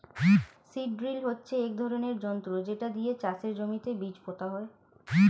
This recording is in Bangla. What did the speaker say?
সীড ড্রিল হচ্ছে এক ধরনের যন্ত্র যেটা দিয়ে চাষের জমিতে বীজ পোতা হয়